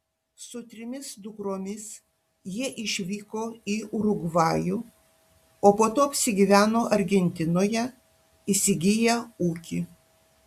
su trimis dukromis jie išvyko į urugvajų o po to apsigyveno argentinoje įsigiję ūkį